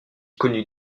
connut